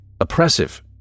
oppressive